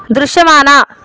దృశ్యమాన